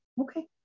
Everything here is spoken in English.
okay